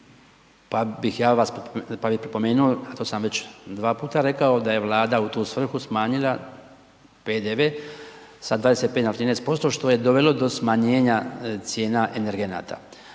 pa bih ja vas, pa bi pripomenuo, a to sam već dva puta rekao, da je Vlada u tu svrhu smanjila PDV sa 25 na 13%, što je dovelo do smanjenja cijena energenata